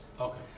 Okay